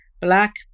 Black